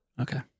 okay